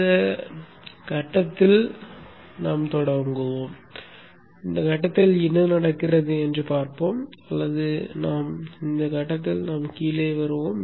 இந்த கட்டத்தில் தொடங்குவோம் இந்த கட்டத்தில் என்ன நடக்கிறது என்று பார்ப்போம் அல்லது இந்த கட்டத்தில் நாம் கீழே வருவோம்